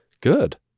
good